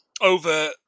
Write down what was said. over